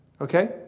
Okay